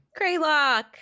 Craylock